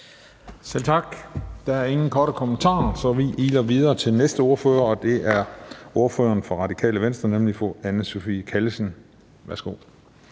Selv tak. Der er ingen korte bemærkninger, så vi iler videre til næste ordfører, og det er ordføreren for Det Radikale Venstre, nemlig fru Anne Sophie Callesen. Værsgo.